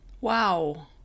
Wow